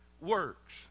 works